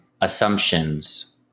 assumptions